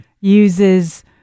uses